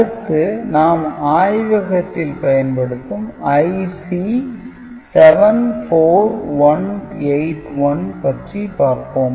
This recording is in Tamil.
அடுத்து நாம் ஆய்வகத்தில் பயன்படுத்தும் IC 74181 பற்றி பார்ப்போம்